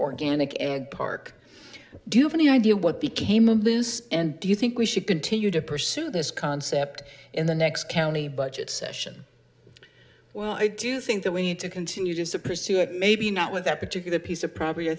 organic egg park do you have any idea what became a loose end do you think we should continue to pursue this concept in the next county budget session well i do think that we need to continue to proceed maybe not with that particular piece of property i